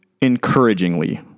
encouragingly